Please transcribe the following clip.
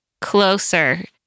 closer